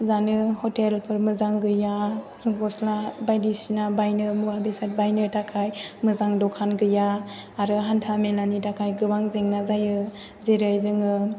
जानो हटेलफोर मोजां गैया गस्ला बायदिसिना बायनो मुवा बेसाद बायनो थाखाय मोजां दखान गैया आरो हान्था मेलानि थाखाय गोबां जेंना जायो जेरै जोङो